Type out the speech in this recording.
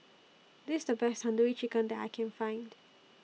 This IS The Best Tandoori Chicken that I Can Find